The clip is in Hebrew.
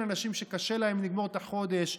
אין אנשים שקשה להם לגמור את החודש,